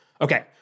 Okay